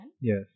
Yes